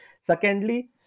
Secondly